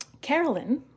Carolyn